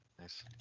Nice